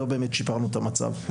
לא באמת שיפרנו את המצב.